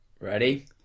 ready